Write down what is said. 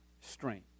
strength